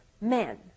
men